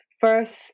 first